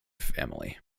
family